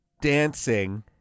dancing